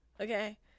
Okay